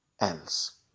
else